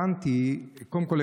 קודם כול,